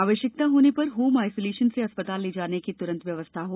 आवश्यकता होने पर होम आइसोलेशन से अस्पताल ले जाने की तुरंत व्यवस्था हो